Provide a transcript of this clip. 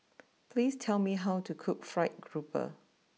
please tell me how to cook Fried grouper